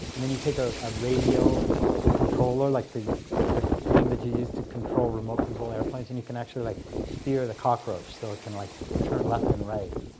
and then you take a radio controller, like the thing that you use to control remote control airplanes, and you can actually like steer the cockroach. so it can like turn left and right.